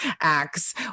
acts